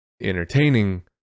entertaining